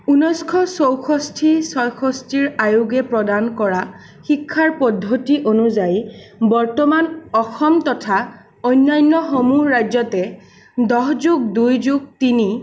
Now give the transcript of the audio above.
ঊনৈছশ চৌষষ্ঠি ছয়ষষ্ঠিৰ আয়োগে প্ৰদান কৰা শিক্ষাৰ পদ্ধতি অনুযায়ী বৰ্তমান অসম তথা অন্যান্যসমূহ ৰাজ্যতে দহ যোগ দুই যোগ তিনি